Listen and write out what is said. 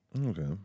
Okay